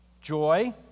joy